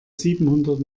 siebenhundert